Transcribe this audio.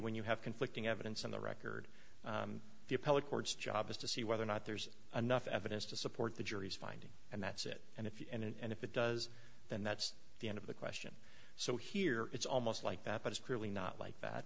when you have conflicting evidence on the record the appellate court's job is to see whether or not there's enough evidence to support the jury's finding and that's it and if you and if it does then that's the end of the question so here it's almost like that but it's clearly not like that